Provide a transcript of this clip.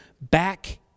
back